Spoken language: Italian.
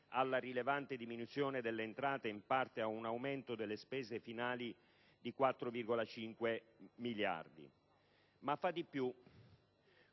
alla rilevante diminuzione delle entrate, in parte ad un aumento delle spese finali di 4,5 miliardi. Fa di più: